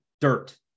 dirt